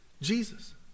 Jesus